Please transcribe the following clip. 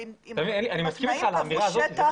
אם קבעו שטח,